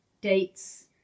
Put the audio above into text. dates